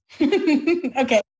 Okay